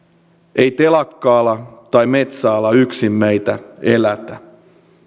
ei telakka ala tai metsäala yksin meitä elätä